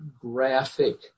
graphic